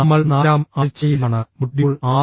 നമ്മൾ നാലാം ആഴ്ചയിലാണ് മൊഡ്യൂൾ 6